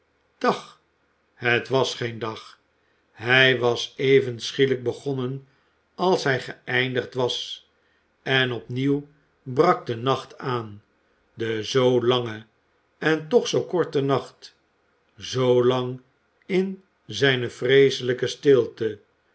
dag het was geen dag hij was even schielijk begonnen als hij geëindigd was en opnieuw brak de nacht aan de zoo lange en toch zoo korte nacht zoolang in zijne vreeselijke stilte